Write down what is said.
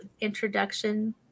introduction